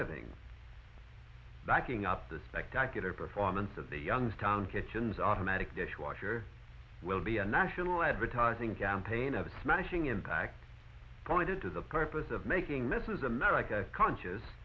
living backing up the spectacular performance of the youngstown kitchens automatic dishwasher will be a national advertising campaign of a smashing impact on added to the purpose of making mrs america conscious